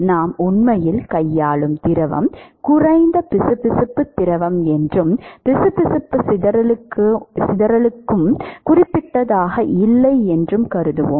நாம் உண்மையில் கையாளும் திரவம் குறைந்த பிசுபிசுப்பு திரவம் என்றும் பிசுபிசுப்பு சிதறலும் குறிப்பிடத்தக்கதாக இல்லை என்றும் கருதுவோம்